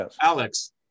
Alex